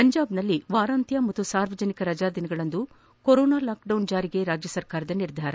ಪಂಜಾಬ್ನಲ್ಲಿ ವಾರಾಂತ್ನ ಮತ್ತು ಸಾರ್ವಜನಿಕ ರಜೆ ದಿನಗಳಂದು ಕೊರೊನಾ ಲಾಕ್ಡೌನ್ ಜಾರಿಗೆ ರಾಜ್ವ ಸರ್ಕಾರದ ನಿರ್ಧಾರ